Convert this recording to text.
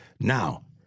Now